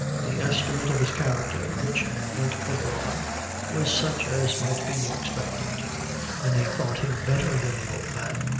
the estimate of his character which went abroad was such as might be expected many thought him better than the old man.